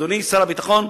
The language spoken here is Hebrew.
אדוני שר הביטחון,